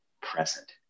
present